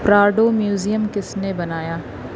Prado museum کس نے بنایا